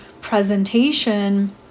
presentation